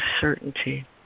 certainty